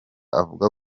avuga